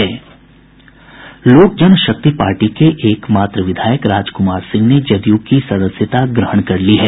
लोक जनशक्ति पार्टी के एक मात्र विधायक राजकुमार सिंह ने जदयू की सदस्यता ग्रहण कर ली है